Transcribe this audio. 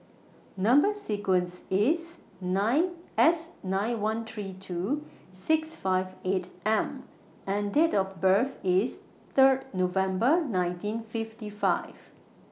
Number sequence IS nine S nine one three two six five eight M and Date of birth IS Third November nineteen fifty five